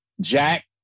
Jack